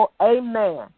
amen